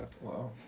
wow